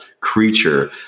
creature